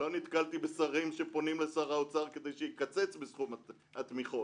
לא נתקלתי בשרים שפונים לשר האוצר כדי שיקצץ בסכום התמיכות.